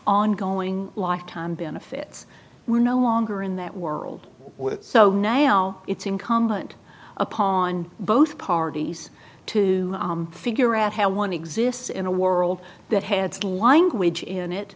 ongoing lifetime benefits were no longer in that world with so now it's incumbent upon both parties to figure out how one exists in a world that had slanguage in it